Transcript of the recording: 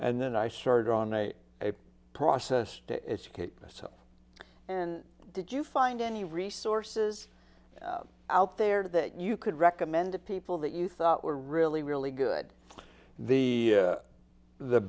and then i started on a process to educate myself and did you find any resources out there that you could recommend to people that you thought were really really good the